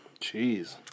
Jeez